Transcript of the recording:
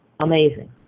Amazing